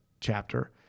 chapter